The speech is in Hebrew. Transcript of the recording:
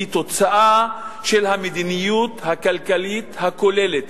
היא תוצאה של המדיניות הכלכלית הכוללת,